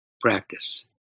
practice